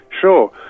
Sure